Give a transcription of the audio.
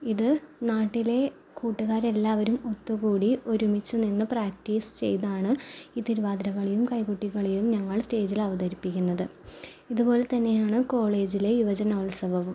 ഇത് നാട്ടിലെ കൂട്ടുകാരെല്ലാവരും ഒത്ത്കൂടി ഒരുമിച്ച്നിന്ന് പ്രാക്ടീസ് ചെയ്താണ് ഈ തിരുവാതിരകളിയും കൈകൊട്ടികളിയും ഞങ്ങൾ സ്റ്റേജിലവതരിപ്പിക്കുന്നത് ഇതുപോലെത്തന്നെയാണ് കോളേജിലെ യുവജനോത്സവവും